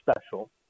special